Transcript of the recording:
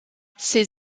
ses